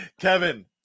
Kevin